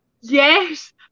Yes